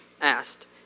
asked